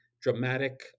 dramatic